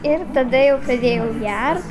ir tada jau pradėjau gert